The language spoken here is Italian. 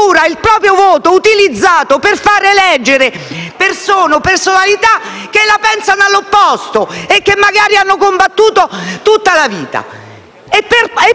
il proprio voto utilizzato per far eleggere persone che la pensano all'opposto e che magari hanno combattuto per tutta la vita.